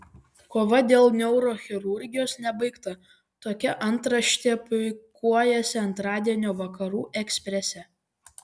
kova dėl neurochirurgijos nebaigta tokia antraštė puikuojasi antradienio vakarų eksprese